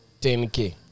10k